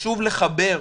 חשוב לחבר.